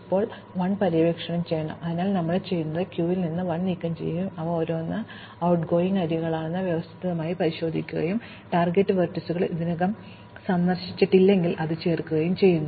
ഇപ്പോൾ ഞങ്ങൾ 1 പര്യവേക്ഷണം ചെയ്യണം അതിനാൽ നമ്മൾ ചെയ്യുന്നത് ക്യൂവിൽ നിന്ന് 1 നീക്കംചെയ്യുകയും അവ ഓരോന്നും going ട്ട്ഗോയിംഗ് അരികുകളാണെന്ന് വ്യവസ്ഥാപിതമായി പരിശോധിക്കുകയും ടാർഗെറ്റ് വെർട്ടീസുകൾ ഇതിനകം സന്ദർശിച്ചിട്ടില്ലെങ്കിൽ ഞങ്ങൾ അത് ചേർക്കുകയും ചെയ്യുന്നു